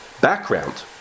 background